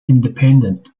independent